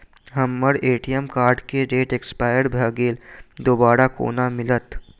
हम्मर ATM card केँ date expire भऽ गेल दोबारा कोना मिलत?